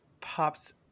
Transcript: pops